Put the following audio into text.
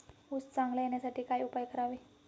ऊस चांगला येण्यासाठी काय उपाय करावे?